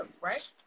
right